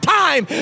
time